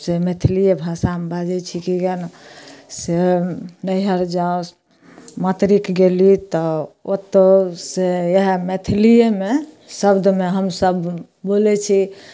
से मैथलीए भाषा मे बाजै छी किएने से नैहर जाउ मातरिक गेल्ली तऽ ओत्तौ से इएह मैथलीएमे शब्दमे हमसब बोलै छी